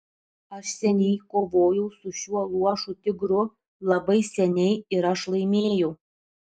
aš seniai kovojau su šiuo luošu tigru labai seniai ir aš laimėjau